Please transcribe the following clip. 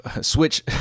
Switch